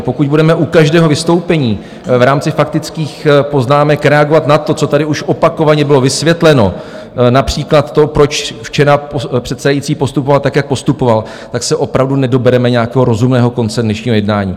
Pokud budeme u každého vystoupení v rámci faktických poznámek reagovat na to, co tady už opakovaně bylo vysvětleno, například to, proč včera předsedající postupoval tak, jak postupoval, tak se opravdu nedobereme nějakého rozumného konce dnešního jednání.